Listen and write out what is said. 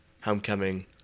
homecoming